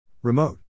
Remote